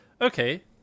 okay